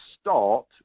start